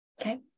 Okay